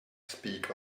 speak